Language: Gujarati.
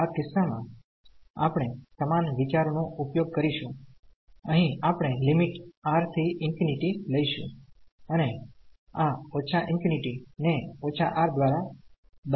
તેથી આ કિસ્સામાં આપણે સમાન વિચારનો ઉપયોગ કરીશું અહીં આપણે લિમિટ R થી ∞ લઈશું અને આ −∞ ને −R દ્વારા બદલવામાં આવશે